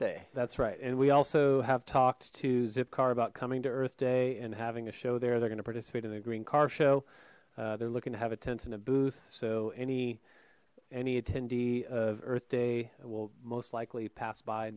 day that's right and we also have talked to zipcar about coming to earth day and having a show there they're going to participate in the green car show they're looking to have a tent in a booth so any any attendee of earth day will most likely pass by